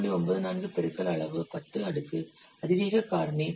94 பெருக்கல் அளவு 10 அடுக்கு அதிவேக காரணி 1